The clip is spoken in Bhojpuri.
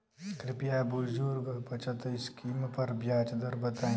कृपया बुजुर्ग बचत स्किम पर ब्याज दर बताई